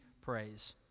praise